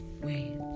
Wait